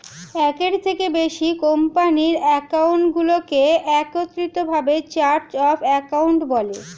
একের থেকে বেশি কোম্পানির অ্যাকাউন্টগুলোকে একত্রিত ভাবে চার্ট অফ অ্যাকাউন্ট বলে